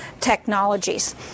technologies